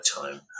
time